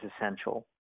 essential